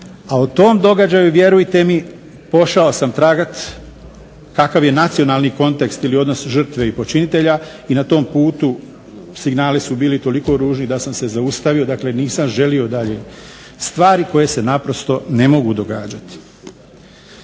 A o tom događaju vjerujte mi, pošao sam tragati, kakav je nacionalni kontekst ili odnos žrtve i počinitelja i na tom putu signali su bili toliko ružni da sam se zaustavio, dakle nisam želio dalje. Stvari koje se naprosto ne mogu događati.